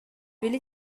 били